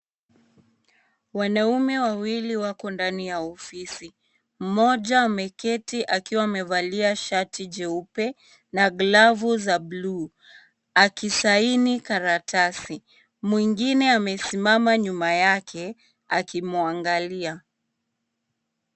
Wanaume wawili wako ndani ya ofisi. Mmoja ameketi akivalia shati jeupe, na glavu za bluu, akisaini karatasi. Mwingine amesimama nyuma yake akimwangalia.